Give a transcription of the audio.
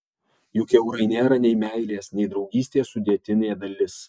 juk eurai nėra nei meilės nei draugystės sudėtinė dalis